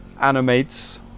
animates